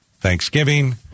thanksgiving